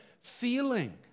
feeling